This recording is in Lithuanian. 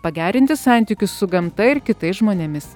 pagerinti santykius su gamta ir kitais žmonėmis